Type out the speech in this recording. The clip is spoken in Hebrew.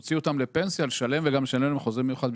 להוציא אותם פנסיה, לשלם וגם לשלם להם חוזה מיוחד?